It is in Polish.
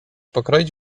pokroić